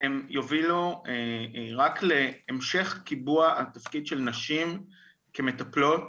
הן יובילו רק להמשך קיבוע התפקיד של נשים כמטפלות